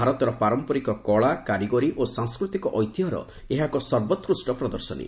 ଭାରତର ପାରମ୍ପରିକ କଳା କାରିଗରି ଓ ସାଂସ୍କୃତିକ ଐତିହ୍ୟର ଏହା ଏକ ସର୍ବୋକ୍ରିଷ୍ଟ ପ୍ରଦର୍ଶନୀ